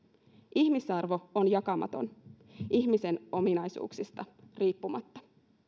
ihmisarvo on jakamaton ihmisen ominaisuuksista riippumatta